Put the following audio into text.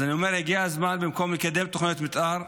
אני אומר שבמקום לקדם תוכניות מתאר,